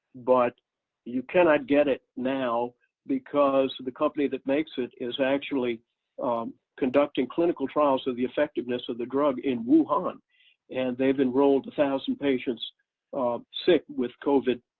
but you cannot get it now because the company that makes it is actually conducting clinical trials of the effectiveness of the drug in wuhan and they've been rolled one thousand patients sick with covid